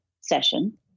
session